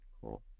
Cool